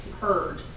heard